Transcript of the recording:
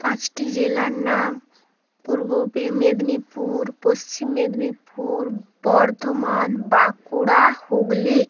পাঁচটি জেলার নাম পূর্ব বে মেদিনীপুর পশ্চিম মেদিনীপুর বর্ধমান বাঁকুড়া হুগলি